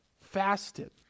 fasted